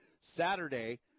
Saturday